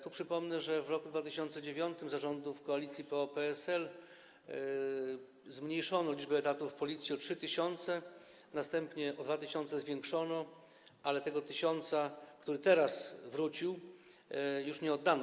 Tu przypomnę, że w roku 2009 za rządów koalicji PO-PSL zmniejszono liczbę etatów Policji o 3000, następnie o 2000 zwiększono, ale tego tysiąca, który teraz wrócił, już nie oddano.